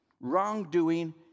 wrongdoing